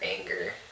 anger